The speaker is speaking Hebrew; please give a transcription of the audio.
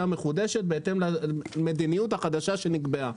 מחודשת בהתאם למדיניות החדשה שנקבעה.